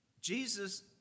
Jesus